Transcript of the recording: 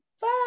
bye